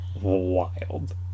wild